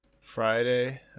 Friday